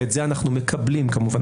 ואת זה אנחנו מקבלים כמובן,